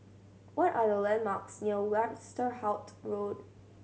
what are the landmarks near Westerhout Road